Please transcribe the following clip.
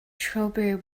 strawberry